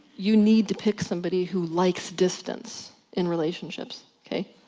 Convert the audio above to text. you need to pick somebody who likes distance in relationships. ok?